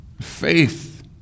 faith